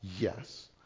Yes